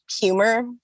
humor